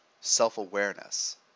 self-awareness